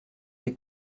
des